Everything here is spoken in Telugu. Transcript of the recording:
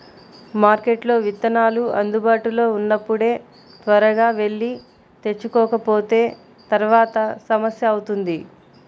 మార్కెట్లో విత్తనాలు అందుబాటులో ఉన్నప్పుడే త్వరగా వెళ్లి తెచ్చుకోకపోతే తర్వాత సమస్య అవుతుంది